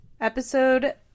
episode